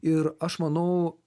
ir aš manau